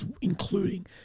including